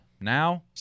Now